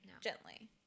Gently